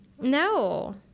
No